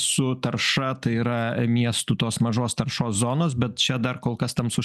su tarša tai yra miestų tos mažos taršos zonos bet čia dar kol kas tamsus